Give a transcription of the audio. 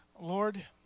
Lord